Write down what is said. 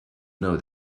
know